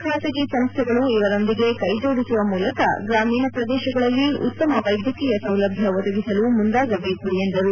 ಖಾಸಗಿ ಸಂಸ್ಥೆಗಳು ಇದರೊಂದಿಗೆ ಕೈ ಜೋಡಿಸುವ ಮೂಲಕ ಗ್ರಾಮೀಣ ಪ್ರದೇಶಗಳಲ್ಲಿ ಉತ್ತಮ ವೈದ್ಯಕೀಯ ಸೌಲಭ್ಯ ಒದಗಿಸಲು ಮುಂದಾಗಬೇಕು ಎಂದರು